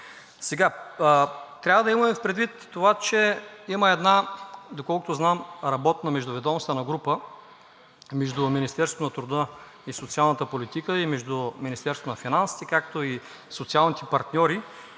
хора. Трябва да имаме предвид това, че има една, доколкото знам, работна междуведомствена група – от Министерството на труда и социалната политика и Министерството на финансите, както и социалните партньори.